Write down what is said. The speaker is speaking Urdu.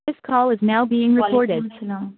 this call is now being recorded وعلیکم السلام